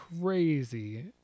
crazy